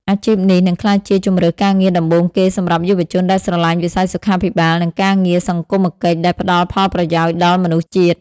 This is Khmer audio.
អាជីពនេះនឹងក្លាយជាជម្រើសការងារដំបូងគេសម្រាប់យុវជនដែលស្រឡាញ់វិស័យសុខាភិបាល និងការងារសង្គមកិច្ចដែលផ្តល់ផលប្រយោជន៍ដល់មនុស្សជាតិ។